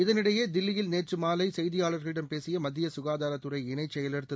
இதனிடையே தில்லியில் நேற்று மாலை செய்தியாளர்களிடம் பேசிய மத்திய சுகாதாரத் துறை இணைச் செயலாளர் திரு